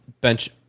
bench